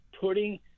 putting –